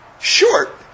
short